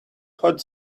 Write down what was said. hot